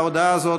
ההודעה הזאת,